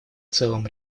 целом